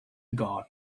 god